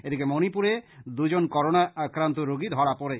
এদিকে মণিপুরে দুজন করোনা আক্রান্ত রোগী ধরা পড়ে